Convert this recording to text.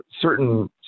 Certain